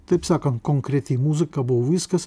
taip sakant konkreti muzika buvo viskas